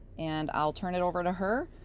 and i'll turn it over to her,